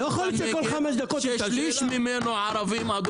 ששליש ממנו ערבים --- לא יכול להיות שכל חמש דקות אותה שאלה.